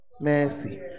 Mercy